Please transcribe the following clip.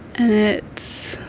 it's